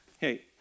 Hey